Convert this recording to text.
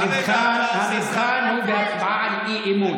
המבחן הוא בהצבעה על אי-אמון,